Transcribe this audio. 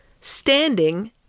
standing